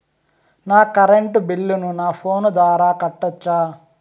నా కరెంటు బిల్లును నా ఫోను ద్వారా కట్టొచ్చా?